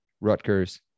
Rutgers